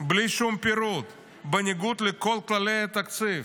בלי שום פירוט, בניגוד לכל כללי התקציב.